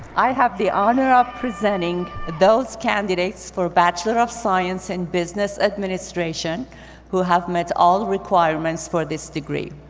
i have the honor of presenting those candidates for bachelor of science in business administration who have met all requirements for this degree.